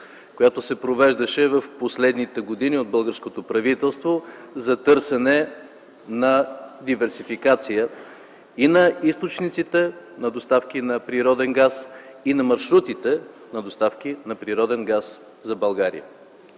която се провеждаше в последните години от българското правителство, за търсене на диверсификация и на източниците на доставки на природен газ, и на маршрутите на доставки на природен газ за България.